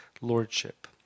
lordship